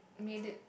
made it